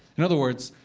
in other words,